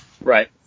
Right